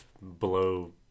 blow